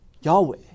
Yahweh